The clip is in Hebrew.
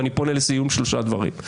ואני פונה לסיום בשלושה דברים.